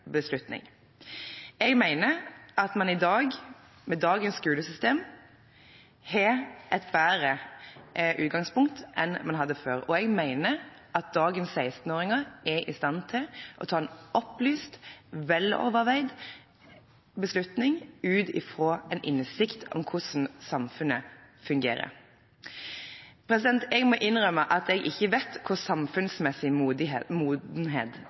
beslutning. Jeg mener at man i dag, med dagens skolesystem, har et bedre utgangspunkt enn man hadde før, og jeg mener at dagens 16-åringer er i stand til å ta en opplyst, veloverveid beslutning ut fra innsikt i hvordan samfunnet fungerer. Jeg må innrømme at jeg ikke vet hva samfunnsmessig modenhet